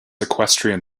equestrian